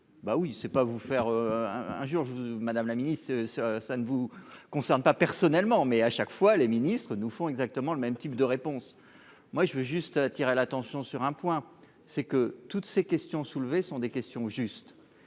oui c'est pas vous faire un un jour, je Madame la Ministre, ce ce, ça ne vous concerne pas personnellement, mais à chaque fois les ministres nous font exactement le même type de réponse, moi je veux juste attirer l'attention sur un point, c'est que toutes ces questions soulevées sont des questions juste